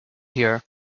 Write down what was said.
here